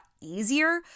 easier